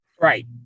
Right